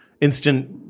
instant